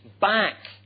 back